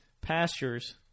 pastures